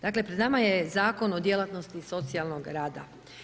Dakle, pred nama je Zakon o djelatnosti socijalnog rada.